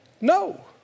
No